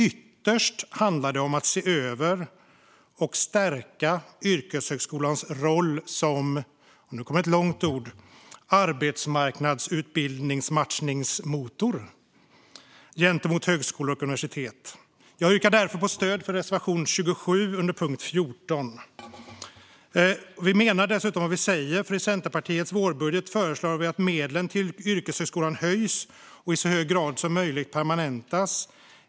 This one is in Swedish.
Ytterst handlar det om att se över och stärka yrkeshögskolans roll som matchningsmotor för arbetsmarknadsutbildningar gentemot högskolor och universitet. Jag yrkar därför bifall till reservation 27 under punkt 14. Vi menar dessutom vad vi säger. I Centerpartiets vårbudget föreslås att medlen till yrkeshögskolan höjs och i så hög grad som möjligt permanentas.